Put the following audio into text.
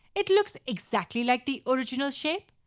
it looks exactly like the original shape,